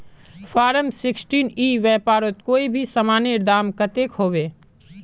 Form sixteen ई व्यापारोत कोई भी सामानेर दाम कतेक होबे?